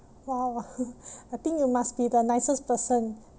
!wow! I think you must be the nicest person